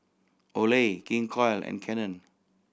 Olay King Koil and Canon